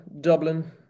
Dublin